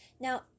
Now